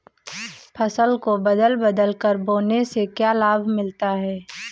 फसल को बदल बदल कर बोने से क्या लाभ मिलता है?